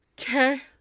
Okay